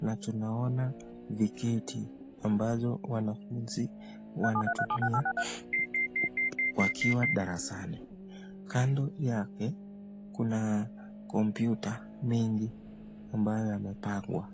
na tunaoana viketi ambavyo wanafunzi wanatumia wakiwa darasani. Kando yake kuna computer mingi ambayo yamepangwa.